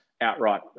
outright